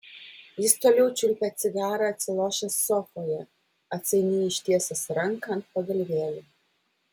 jis toliau čiulpė cigarą atsilošęs sofoje atsainiai ištiesęs ranką ant pagalvėlių